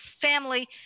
family